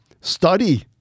Study